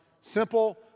simple